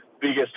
biggest